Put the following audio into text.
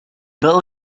bel